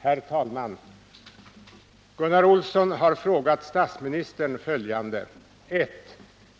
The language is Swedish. Herr talman! Gunnar Olsson har frågat statsministern följande: 1.